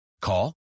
Call